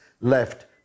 left